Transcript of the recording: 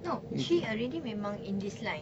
no she already memang in this line